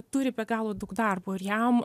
turi be galo daug darbo ir jam